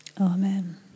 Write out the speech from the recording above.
Amen